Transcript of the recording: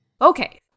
Okay